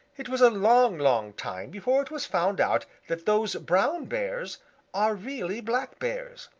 it was a long, long time before it was found out that those brown bears are really black bears.